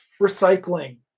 recycling